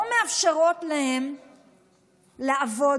לא מאפשרות לו לעבוד,